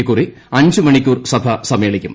ഇക്കുറി അഞ്ച് മണിക്കൂർ സഭ സമ്മേളിക്കും